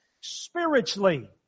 spiritually